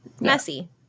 Messy